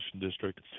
District